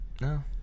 No